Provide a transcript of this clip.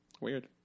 Weird